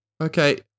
Okay